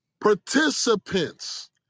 participants